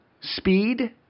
speed